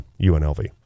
UNLV